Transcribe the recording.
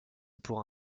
pour